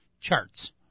charts